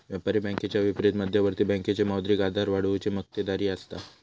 व्यापारी बँकेच्या विपरीत मध्यवर्ती बँकेची मौद्रिक आधार वाढवुची मक्तेदारी असता